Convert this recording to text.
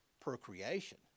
procreation